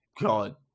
God